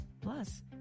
Plus